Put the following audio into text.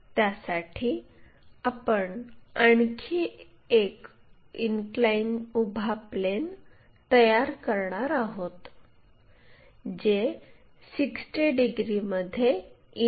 त्यासाठी आपण आणखी एक इनक्लाइन उभा प्लेन तयार करणार आहोत जे 60 डिग्रीमध्ये इनक्लाइन आहे